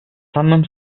самым